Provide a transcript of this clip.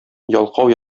ялкау